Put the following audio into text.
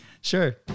sure